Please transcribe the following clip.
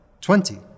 Twenty